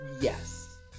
Yes